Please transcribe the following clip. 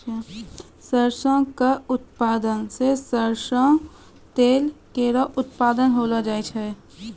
सरसों क उत्पादन सें सरसों तेल केरो उत्पादन होय छै